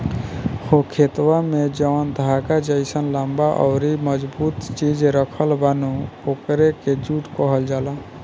हो खेतवा में जौन धागा जइसन लम्बा अउरी मजबूत चीज राखल बा नु ओकरे के जुट कहल जाला